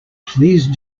please